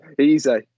easy